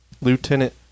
Lieutenant